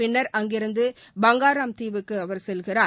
பின்னர் அங்கிருந்து பங்காராம் தீவுக்கு அவர் செல்கிறார்